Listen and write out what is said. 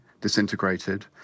disintegrated